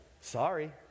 sorry